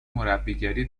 مربیگری